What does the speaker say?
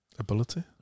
Ability